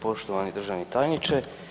Poštovani državni tajniče.